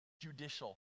judicial